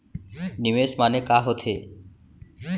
निवेश माने का होथे?